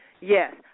Yes